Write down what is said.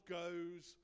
goes